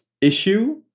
issue